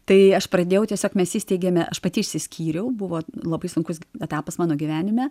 tai aš pradėjau tiesiog mes įsteigėme aš pati išsiskyriau buvo labai sunkus etapas mano gyvenime